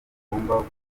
bagombaga